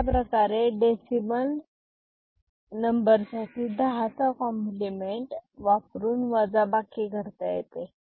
अशाप्रकारे decimal number साठी दहा चा कॉम्प्लिमेंट 10s compliment वापरून वजाबाकी करता येते